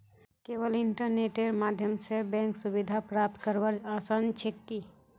केवल इन्टरनेटेर माध्यम स बैंक सुविधा प्राप्त करवार आसान छेक की